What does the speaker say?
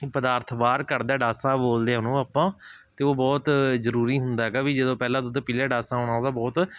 ਪਦਾਰਥ ਬਾਹਰ ਕੱਢਦਾ ਡਾਸਾ ਬੋਲਦੇ ਆ ਉਹਨੂੰ ਆਪਾਂ ਅਤੇ ਉਹ ਬਹੁਤ ਜ਼ਰੂਰੀ ਹੁੰਦਾ ਹੈਗਾ ਵੀ ਜਦੋਂ ਪਹਿਲਾਂ ਦੁੱਧ ਪੀ ਲਿਆ ਡਾਸਾ ਆਉਣਾ ਉਹਦਾ ਬਹੁਤ